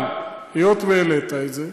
אבל היות שהעלית את זה,